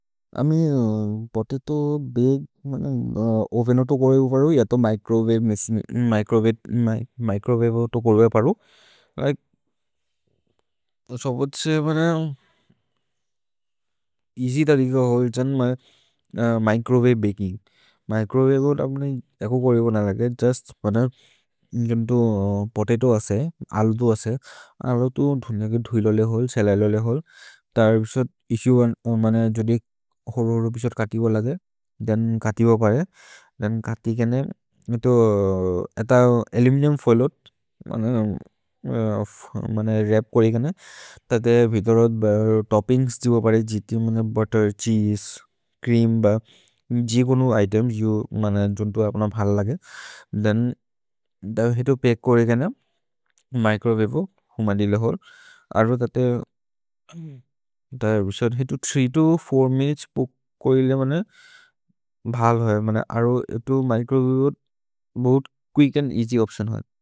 अमि potato bake, oven औतो कोरैबु परु य तो मिच्रोववे औतो कोरैबु परु। लिके सबत् से बन एअस्य् तरिग होल् छन् मिच्रोववे बकिन्ग्, मिच्रोववे औतो एखो कोरैबु न रके जुस्त् बन जन्तो पोतेतो असे। अलुदु असे अरो तु धुन्ज के धुइ लोले होल्, सेलै लोले होल् तर् बिशोद् इस्सुए मने जोदि होरोर् बिशोद् कति बोल दे। दन् कति बो परे, दन् कति केने मेतो एत अलुमिनिउम् फोइलोत्, मने मने व्रप् कोरे केने, तते बिदोरोद् तोप्पिन्ग्स् दि बो परे। जिति मने बुत्तेर्, छीसे, च्रेअम् ब, जि एकोनु इतेम्, हिउ मने जन्तो अप्न भल लगे, दन् द हितो बके कोरे केने, मिच्रोववे हो। हुम दिल होल् अरो तते धै बिशोद् हितु तीन् तो छर् मिनुतेस् चूक् कोइले मने भल् होइ। मने अरो हितु मिच्रोववे हो, बहोत् कुइच्क् अन्द् एअस्य् ओप्तिओन् होइ।